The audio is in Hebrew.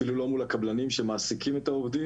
אפילו לא מול הקבלנים שמעסיקים את העובדים.